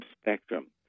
spectrum